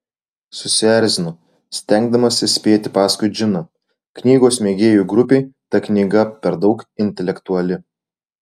susierzino stengdamasi spėti paskui džiną knygos mėgėjų grupei ta knyga per daug intelektuali